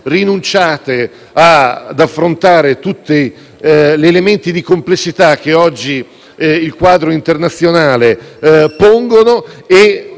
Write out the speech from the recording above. rinunciate ad affrontare tutti gli elementi di complessità che oggi il quadro internazionale pone